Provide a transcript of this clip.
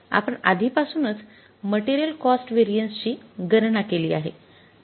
आपण आधीपासूनच material cost variance ची गणना केली आहे